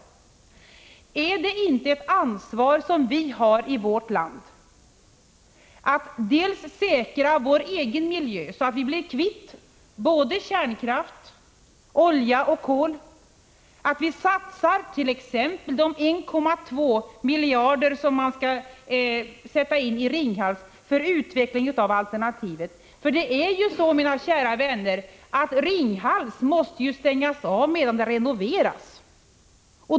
Har inte vi ett ansvar i vårt land att säkra vår egen miljö, så att vi blir kvitt kärnkraft, olja och kol, att satsa, t.ex. de 1,2 miljarder som skall avsättas för renoveringen av Ringhals, på utveckling av alternativ? Det är så, mina kära vänner, att Ringhals måste stängas av medan det renoveras.